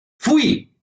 fui